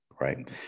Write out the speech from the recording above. Right